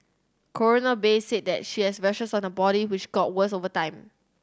Coroner Bay said that she had rashes on her body which got worse over time